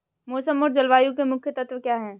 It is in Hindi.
मौसम और जलवायु के मुख्य तत्व क्या हैं?